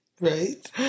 Right